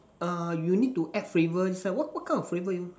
uh you need to add flavour it's like what what kind of flavour you